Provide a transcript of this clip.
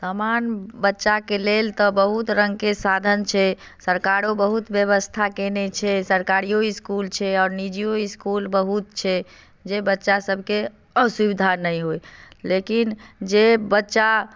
सामान्य बच्चाके लेल तऽ बहुत रङ्गके साधन छै सरकारो बहुत व्यवस्था कयने छै सरकारियो इस्कुल छै आओर नीजियो इस्कुल बहुत छै जे बच्चासभके असुविधा नहि होय लेकिन जे बच्चा